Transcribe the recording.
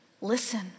Listen